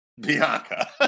Bianca